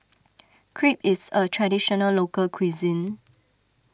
Crepe is a Traditional Local Cuisine